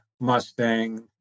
Mustang